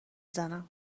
زنم